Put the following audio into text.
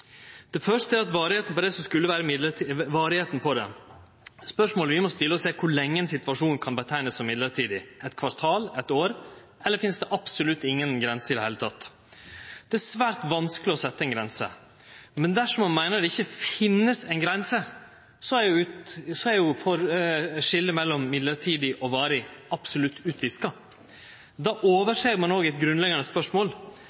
Det første er varigheita. Spørsmålet vi må stille oss, er: Kor lenge kan ein situasjon kallast mellombels? Eit kvartal, eit år – eller finst det absolutt ingen grenser i det heile? Det er svært vanskeleg å setje ei grense. Dersom ein meiner at det ikkje finst ei grense, er skiljet mellom mellombels og varig absolutt utviska. Då overser ein eit grunnleggjande spørsmål: Kor lenge kan ei væpning som er